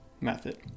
method